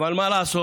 אבל מה לעשות.